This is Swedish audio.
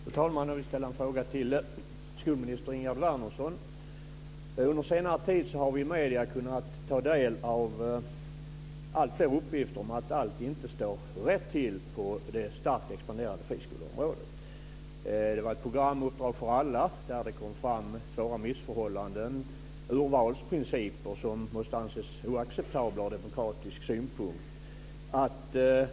Fru talman! Jag vill ställa en fråga till skolminister Ingegerd Wärnersson. Under senare tid har vi i medierna kunnat ta del av uppgifter om att allt inte står rätt till på det starkt expanderande friskoleområdet. Det var ett program, Uppdrag för alla, där det kom fram svåra missförhållanden och urvalsprinciper som måste anses vara oacceptabla från demokratisk synpunkt.